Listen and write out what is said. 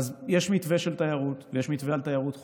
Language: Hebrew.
אז יש מתווה של תיירות, יש מתווה על תיירות חו"ל,